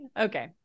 okay